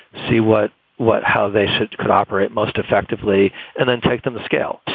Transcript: see what what how they should could operate most effectively and then take them to scale.